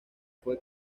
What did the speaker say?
fue